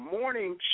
morning